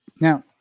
Now